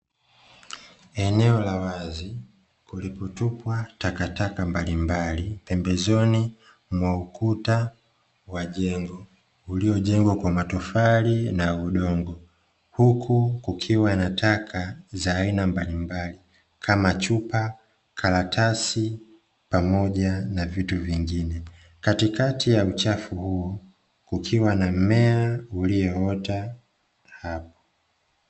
Eneo la wazi kulipotupwa takataka mbalimbali pembezoni mwa ukuta wa jengo uliojengwa kwa matofali na udongo, huku kukiwa na taka za aina mbalimbali, kama: chupa, karatasi, pamoja na vitu vingine. Katikati ya uchafu huu kukiwa na mmea ulioota hapo.